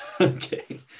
Okay